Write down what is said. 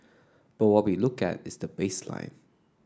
but what we look at is the baseline